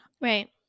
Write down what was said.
right